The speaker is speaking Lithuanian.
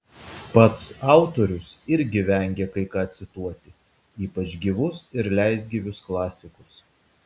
pats autorius irgi vengia kai ką cituoti ypač gyvus ir leisgyvius klasikus